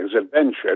adventure